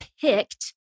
picked